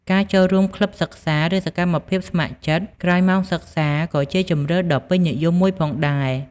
ការចូលរួម ក្លឹបសិក្សា ឬ សកម្មភាពស្ម័គ្រចិត្ត ក្រោយម៉ោងសិក្សាក៏ជាជម្រើសដ៏ពេញនិយមមួយផងដែរ។